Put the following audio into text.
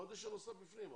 החודש הנוסף בפנים.